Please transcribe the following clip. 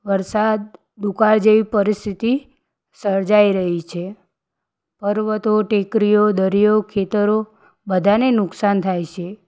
વરસાદ દુકાળ જેવી પરિસ્થિતિ સર્જાઈ રહી છે પર્વતો ટેકરીઓ દરિયો ખેતરો બધાને નુકસાન થાય છે